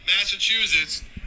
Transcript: Massachusetts